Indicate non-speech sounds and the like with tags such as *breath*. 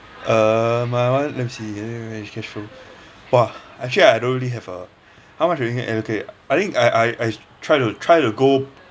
uh my [one] let me see manage cashflow !wah! actually I don't really have a *breath* how much allocate I think I I try to try to go